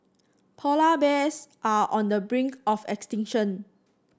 polar bears are on the brink of extinction